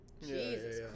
Jesus